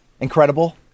incredible